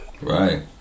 right